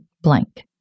blank